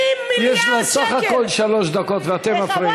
יש לה סך הכול שלוש דקות ואתם מפריעים לה.